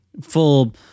full